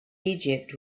egypt